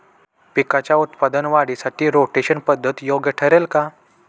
पिकाच्या उत्पादन वाढीसाठी रोटेशन पद्धत योग्य ठरेल का?